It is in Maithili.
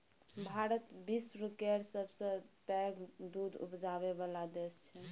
भारत विश्व केर सबसँ पैघ दुध उपजाबै बला देश छै